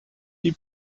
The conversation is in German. die